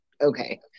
Okay